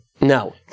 no